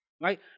right